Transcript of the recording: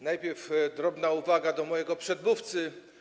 Najpierw drobna uwaga do mojego przedmówcy.